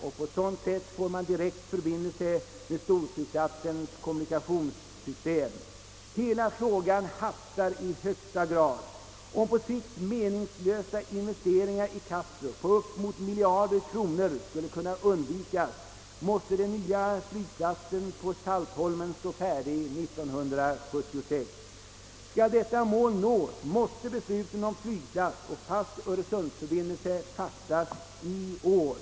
På så sätt får man en direkt förbindelse med storflygplatsens kommunikationssystem. Hela saken hastar i högsta grad. Om meningslösa investeringar i Kastrup på upp mot miljarder kronor på sikt skall kunna undvikas måste den nya flygplatsen på Saltholm stå färdig 1976. Skall detta mål nås måste besluten om flygplats och fast öresundsförbindelse fattas i år.